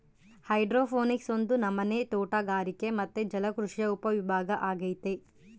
hydroponics ಒಂದು ನಮನೆ ತೋಟಗಾರಿಕೆ ಮತ್ತೆ ಜಲಕೃಷಿಯ ಉಪವಿಭಾಗ ಅಗೈತೆ